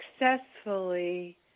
successfully